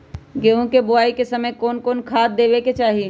गेंहू के बोआई के समय कौन कौन से खाद देवे के चाही?